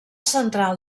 central